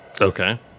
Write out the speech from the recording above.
Okay